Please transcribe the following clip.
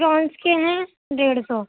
prawns کے ہیں ڈیڑھ سو